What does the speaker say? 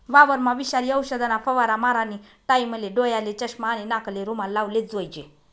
वावरमा विषारी औषधना फवारा मारानी टाईमले डोयाले चष्मा आणि नाकले रुमाल लावलेच जोईजे